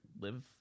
live